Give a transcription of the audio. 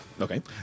Okay